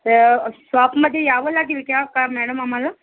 तर शॉपमध्ये यावं लागेल क्या का मॅडम आम्हाला